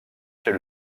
chez